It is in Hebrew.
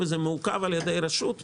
וזה מעוכב על ידי רשות.